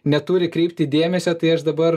neturi kreipti dėmesio tai aš dabar